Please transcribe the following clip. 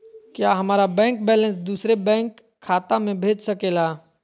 क्या हमारा bank balance दूसरे बैंक खाता में भेज सके ला?